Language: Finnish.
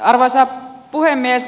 arvoisa puhemies